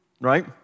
right